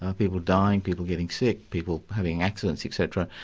ah people dying, people getting sick, people having accidents etc,